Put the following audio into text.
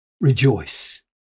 rejoice